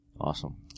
awesome